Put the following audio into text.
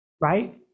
right